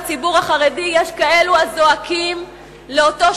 הציבור החרדי יש כאלו הזועקים לאותו